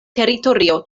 teritorio